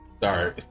sorry